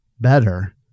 better